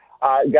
Guys